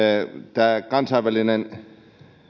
tämä kansainvälinen